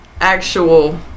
actual